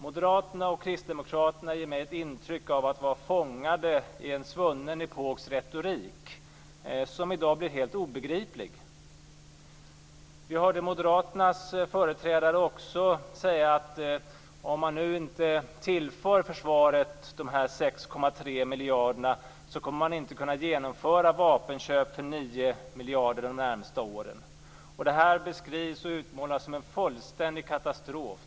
Moderaterna och kristdemokraterna ger mig ett intryck av att vara fångade i en svunnen epoks retorik, som i dag blir helt obegriplig. Vi hörde Moderaternas företrädare säga att om man nu inte tillför försvaret de här 6,3 miljarderna så kommer man inte att kunna genomföra vapenköp för 9 miljarder de närmaste åren. Det här beskrivs och utmålas som en fullständig katastrof.